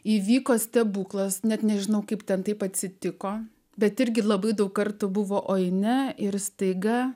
įvyko stebuklas net nežinau kaip ten taip atsitiko bet irgi labai daug kartų buvo o jei ne ir staiga